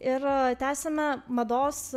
ir tęsiame mados